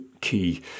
key